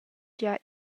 gia